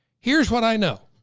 here's what i know.